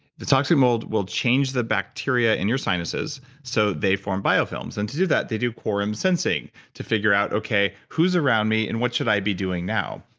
the toxic mold will change the bacteria in your sinuses so they form biofilms. and to do that, they do quorum sensing to figure out, okay, who's around me and what should i be doing now?